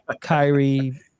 Kyrie